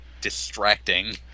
distracting